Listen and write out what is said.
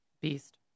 Beast